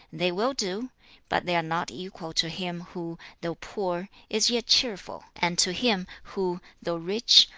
they will do but they are not equal to him, who, though poor, is yet cheerful, and to him, who, though rich,